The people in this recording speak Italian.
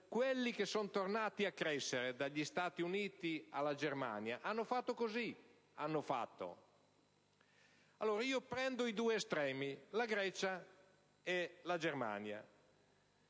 Paesi che sono tornati a crescere, dagli Stati Uniti alla Germania, hanno fatto così. Partiamo dai due estremi: la Grecia e la Germania.